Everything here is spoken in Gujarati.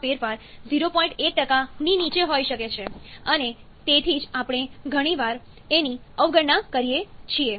1 ની નીચે હોઈ શકે છે અને તેથી જ આપણે ઘણીવાર તેની અવગણના કરીએ છીએ